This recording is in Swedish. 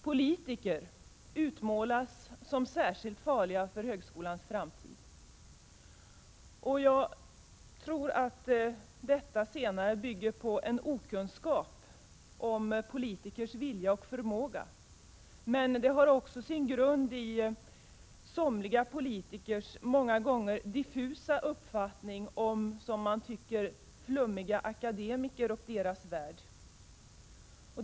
Politiker utmålas som särskilt farliga för högskolans framtid. Jag tror att denna uppfattning beror på en okunskap om politikers vilja och förmåga. Men den har också sin grund i somliga politikers många gånger diffusa uppfattning om, som man tycker, flummiga akademiker och deras värld.